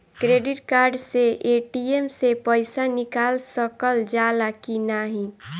Credit card से ATM से पइसा निकाल सकल जाला की नाहीं?